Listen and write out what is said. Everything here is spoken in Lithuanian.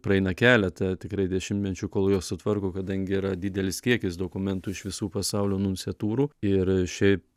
praeina keleta tikrai dešimtmečių kol juos sutvarko kadangi yra didelis kiekis dokumentų iš visų pasaulių nunciatūros ir šiaip